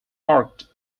marked